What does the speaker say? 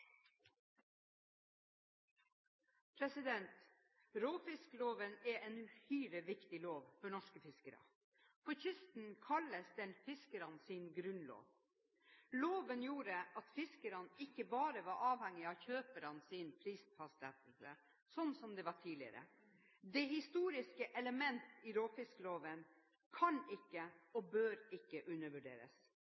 en uhyre viktig lov for norske fiskere. På kysten kalles den fiskernes grunnlov. Loven gjorde at fiskerne ikke bare var avhengig av kjøpernes prisfastsettelse, slik som det var tidligere. Det historiske element i råfiskloven kan ikke,